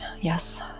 yes